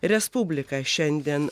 respublika šiandien